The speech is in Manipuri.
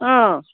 ꯑꯥ